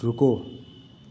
रुको